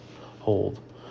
hold